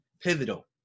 pivotal